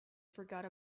forgot